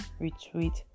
retweet